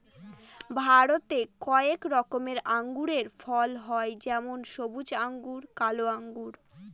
ভারতে কয়েক রকমের আঙুরের ফলন হয় যেমন সবুজ আঙ্গুর, কালো আঙ্গুর